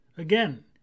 Again